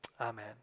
Amen